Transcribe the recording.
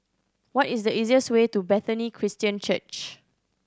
what is the easiest way to Bethany Christian Church